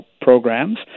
programs